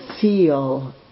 feel